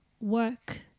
work